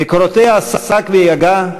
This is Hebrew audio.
בקורותיה עסק ויגע,